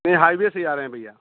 नहीं हाइवे से ही आ रहे हैं भइया